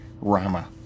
Rama